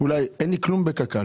אין לי כלום בקק"ל